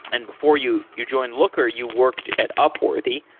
and before you you joined looker, you worked at upworthy,